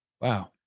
wow